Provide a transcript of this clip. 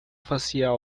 facial